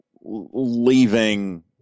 leaving